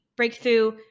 Breakthrough